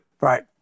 Right